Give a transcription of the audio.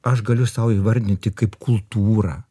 aš galiu sau įvardinti kaip kultūrą